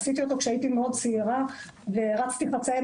עשיתי אותו כשהייתי מאוד צעירה ורצתי חצאי